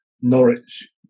Norwich